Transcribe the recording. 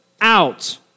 out